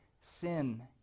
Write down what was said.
sin